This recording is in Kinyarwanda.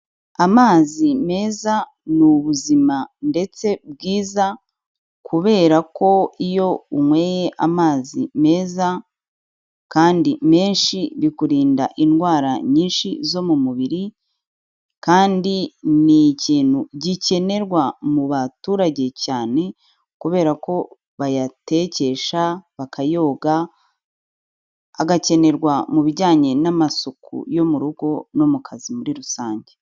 Amazi meza ni ubuzima ndetse bwiza kubera ko iyo unyweye amazi meza kandi menshi bikurinda indwara nyinshi zo mu mubiri kandi ni ikintu gikenerwa mu baturage cyane kubera ko bayatekesha, bakayoga, agakenerwa mu bijyanye n'amasuku yo mu rugo no mu kazi muri rusange.